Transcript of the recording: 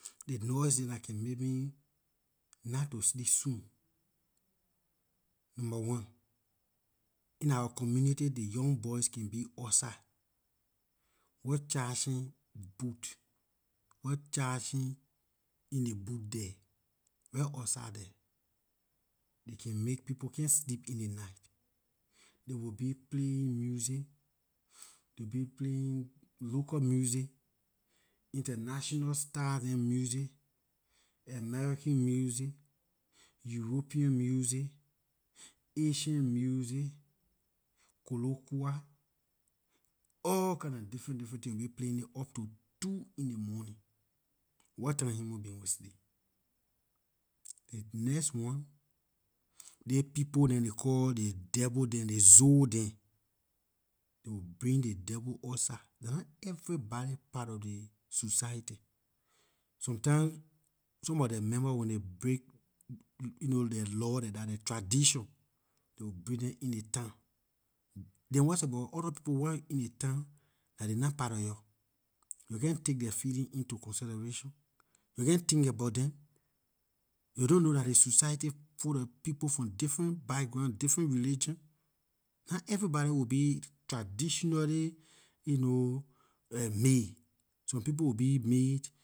Ley noise dem dah can make me not to sleep soon number one in our community ley young boys dem can be outside wer charging boot wer charging in ley boot there right outside there ley can make people can't sleep in ley night they will be playing music they playing local music international star neh music american music european music asian music koloquoi all kinda different different tin they will be playing it up to two in ley morning what time human being will sleep ley next one ley people dem they call ley devil dem ley zoe dem they will bring ley devil outside dah nah everybody part of ley society sometimes some of their member when ley break you know their law like that their tradition ley will bring dem in ley town then what's abor orda people wer in ley town dah ley nah part of yor your can take their feeling into consideration yor can't think about them yor don't know dah ley society full of people from different background different religion not everybody will be traditionally you know made some people will be made